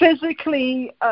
physically